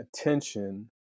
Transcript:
attention